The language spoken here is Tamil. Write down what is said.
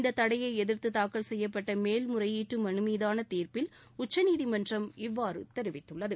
இந்த தடையை எதிர்த்து தாக்கல் செய்யப்பட்ட மேல்முறையீட்டு மனுமீதான தீர்ப்பில் உச்சநீதிமன்றம் இவ்வாறு தெரிவித்துள்ளது